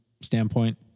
standpoint